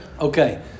Okay